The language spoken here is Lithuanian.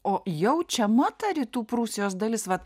o jaučiama ta rytų prūsijos dalis vat